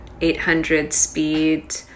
800-speed